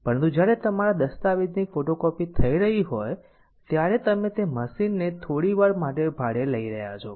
પરંતુ જ્યારે તમારા દસ્તાવેજની ફોટોકોપી થઈ રહી હોય ત્યારે તમે તે મશીનને થોડીવાર માટે ભાડે લઇ રહ્યા છો